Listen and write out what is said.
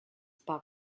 spa